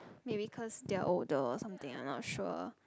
maybe cause they are older or something I'm not sure